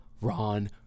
Ron